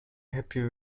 happy